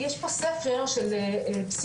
יש פה ספר של פסיכולוג,